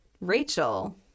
rachel